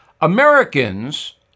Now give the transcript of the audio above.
Americans